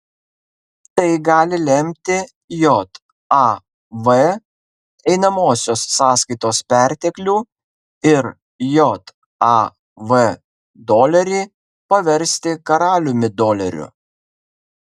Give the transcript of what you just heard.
tai gali lemti jav einamosios sąskaitos perteklių ir jav dolerį paversti karaliumi doleriu